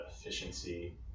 efficiency